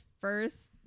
first